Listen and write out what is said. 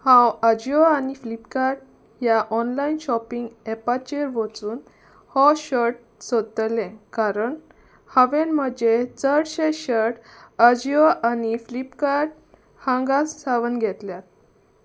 हांव आजिवो आनी फ्लिपकार्ट ह्या ऑनलायन शॉपिंग ऍपाचेर वचून हो शर्ट सोदतलें कारण हांवें म्हजें चडशे शर्ट आजिवो आनी फ्लिपकार्ट हांगा सावन घेतल्यात